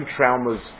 traumas